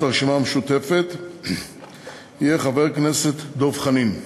הרשימה המשותפת יהיה חבר הכנסת דב חנין.